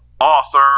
Author